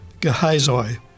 Gehazi